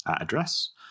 address